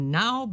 now